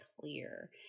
clear